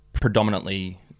predominantly